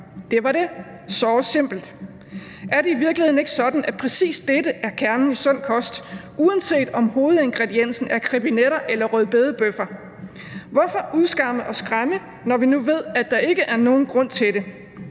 Det var det, det er såre simpelt. Er det i virkeligheden ikke sådan, at præcis dette er kernen i en sund kost, uanset om hovedingrediensen er krebinetter eller rødbedebøffer? Hvorfor udskamme og skræmme, når vi nu ved, at der ikke er nogen grund til det?